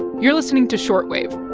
you're listening to short wave